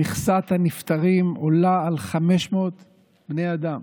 מכסת הנפטרים עולה על 500 בני אדם,